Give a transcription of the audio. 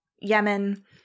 Yemen